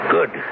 Good